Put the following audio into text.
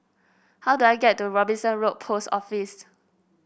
how do I get to Robinson Road Post Office